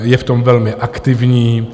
Je v tom velmi aktivní.